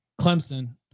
Clemson